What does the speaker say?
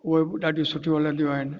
उहे बि ॾाढियूं सुठियूं हलंदियूं आहिनि